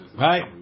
Right